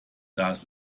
das